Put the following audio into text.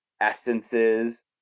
essences